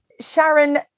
Sharon